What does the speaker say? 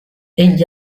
egli